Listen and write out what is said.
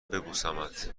ببوسمت